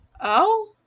Oh